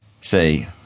Say